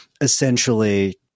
essentially